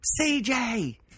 CJ